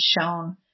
shown